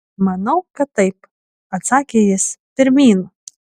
manau kad taip atsakė jis pirmyn